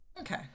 Okay